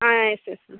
ஆ எஸ் எஸ் ம்